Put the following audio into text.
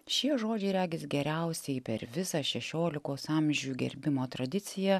šie žodžiai regis geriausiai per visą šešiolikos amžių gerbimo tradiciją